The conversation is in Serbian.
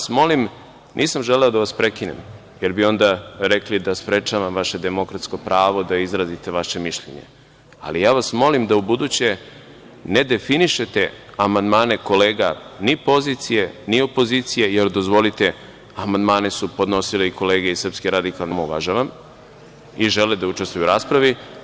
Molim vas, nisam želeo da vas prekinem, jer bi onda rekli da sprečavam vaše demokratsko pravo da izrazite vaše mišljenje, da ubuduće ne definišete amandmane kolega ni pozicije, ni opozicije, jer, dozvolite, amandmane su podnosile i kolege iz SRS, koje ja veoma uvažavam, i žele da učestvuju u raspravi.